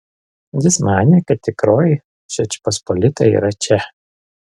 jis manė kad tikroji žečpospolita yra čia